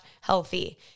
healthy